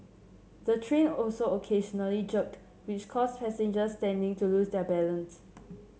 the train also occasionally jerked which caused passengers standing to lose their balance